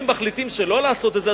אם מחליטים לא לעשות את זה,